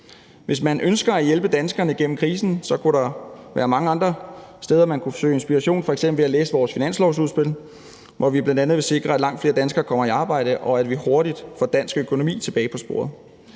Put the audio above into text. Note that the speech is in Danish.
Hvis man ønsker at hjælpe danskerne gennem krisen, kunne der være mange andre steder, man kunne søge inspiration, f.eks. ved at læse vores finanslovsudspil, hvor vi bl.a. vil sikre, at langt flere danskere kommer i arbejde, og at vi hurtigt får dansk økonomi tilbage på sporet.